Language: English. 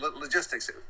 logistics